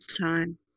time